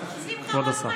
מה זה משנה אחרים?